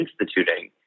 instituting